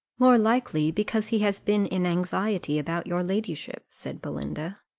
more likely because he has been in anxiety about your ladyship, said belinda.